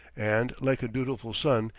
and, like a dutiful son,